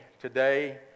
today